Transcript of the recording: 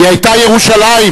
היא היתה ירושלים.